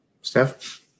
Steph